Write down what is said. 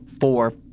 four